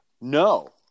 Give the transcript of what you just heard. No